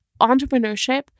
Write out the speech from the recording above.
entrepreneurship